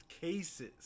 cases